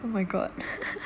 oh my god